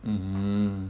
mm